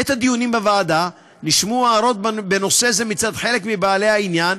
בדיונים בוועדה נשמעו הערות בנושא זה מצד חלק מבעלי העניין,